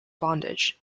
bondage